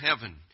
heaven